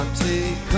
take